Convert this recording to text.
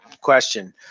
question